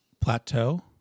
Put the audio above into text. plateau